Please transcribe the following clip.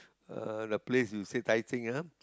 uh the place you said tai-seng ah